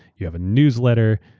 you have a newsletter,